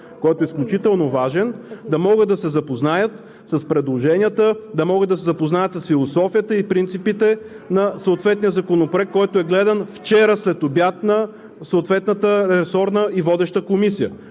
който е изключително важен, да могат да се запознаят с предложенията, да могат да се запознаят с философията и принципите на съответния законопроект, който е гледан вчера следобед в съответната ресорна и водеща комисия.